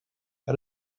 how